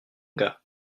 gars